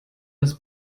das